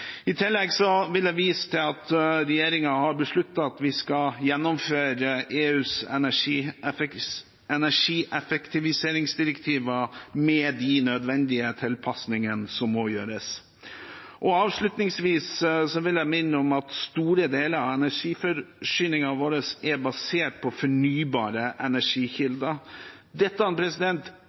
I tillegg vil jeg vise til at regjeringen har besluttet at vi skal gjennomføre EUs energieffektiviseringsdirektiver, med de nødvendige tilpasningene som må gjøres. Avslutningsvis vil jeg minne om at store deler av energiforsyningen vår er basert på fornybare energikilder. Dette